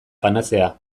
panazea